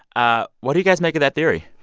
ah what do you guys make of that theory?